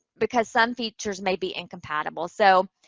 because some features may be incompatible. so,